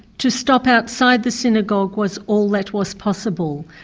to stop outside the synagogue was all that was possible.